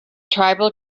tribal